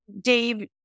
Dave